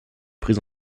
prise